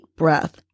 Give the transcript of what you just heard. Breath